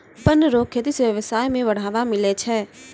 वन रो खेती से व्यबसाय में बढ़ावा मिलै छै